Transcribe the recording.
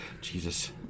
Jesus